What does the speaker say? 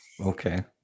okay